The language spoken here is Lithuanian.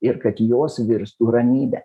ir kad jos virstų ramybe